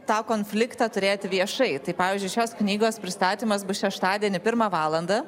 tą konfliktą turėti viešai tai pavyzdžiui šios knygos pristatymas bus šeštadienį pirmą valandą